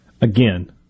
Again